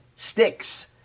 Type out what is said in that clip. Sticks